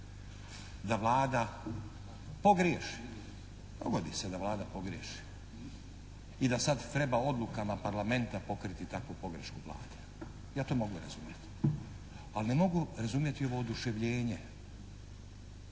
Da Vlada pogriješi, dogodi se da Vlada pogriješi i da sad treba odlukama Parlamenta pokriti takvu pogrešku Vlade. Ja to mogu razumjeti. Al' ne mogu razumjeti ovo oduševljenje,